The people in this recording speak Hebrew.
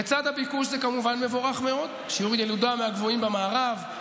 בצד הביקוש זה כמובן מבורך מאוד: שיעורי ילודה מהגבוהים במערב,